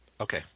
Okay